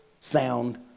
sound